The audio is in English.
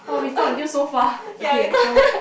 !wah! we talk until so far okay so